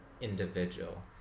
individual